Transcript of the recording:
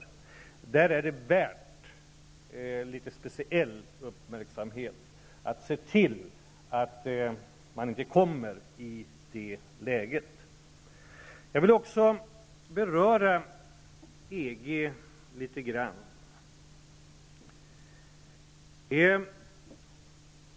Det är värt litet speciell uppmärksamhet att se till att man inte kommer i det läget att det hotet blir verklighet. Jag vill också beröra EG litet grand.